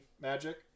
magic